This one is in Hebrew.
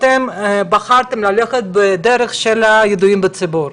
אתם בחרתם ללכת בדרך של הידועים בציבור,